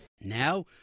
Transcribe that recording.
Now